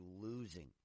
losing